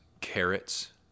carrots